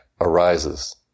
arises